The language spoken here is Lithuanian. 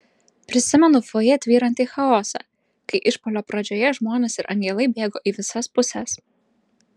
prisimenu fojė tvyrantį chaosą kai išpuolio pradžioje žmonės ir angelai bėgo į visas puses